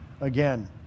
again